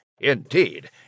Indeed